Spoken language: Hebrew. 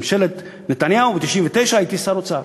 ממשלת נתניהו ב-1999, הייתי שר האוצר.